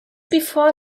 before